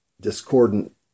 discordant